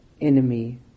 enemy